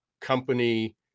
company